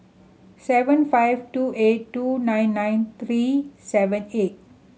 seven five two eight two nine nine three seven eight